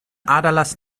aderlass